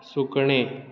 सुकणें